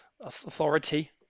authority